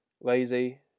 lazy